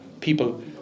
people